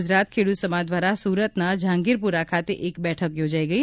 ગુજરાત ખેડૂત સમાજ દ્વારા સુરત ના જહાંગીરપુરા ખાતે એક બેઠક યોજાઈ ગયી